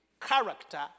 character